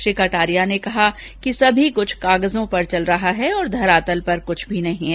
श्री कटारिया ने कहा कि सब कुछ कागजों पर चल रहा है और धरातल पर कुछ नही है